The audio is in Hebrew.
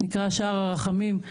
נקרא "שער הרחמים".